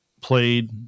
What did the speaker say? played